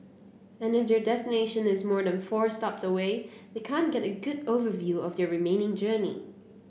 and if their destination is more than four stops away they can't get a good overview of their remaining journey